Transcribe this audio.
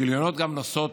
הגיליונות גם נושאים